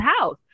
house